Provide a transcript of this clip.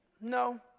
No